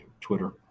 Twitter